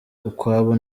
ukwabo